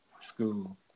School